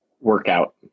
Workout